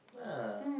ah